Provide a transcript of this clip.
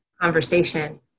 conversation